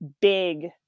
big